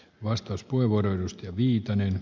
arvoisa herra puhemies